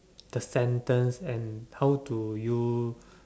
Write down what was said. the sentence and how do you